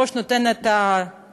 הראש קובע מדיניות,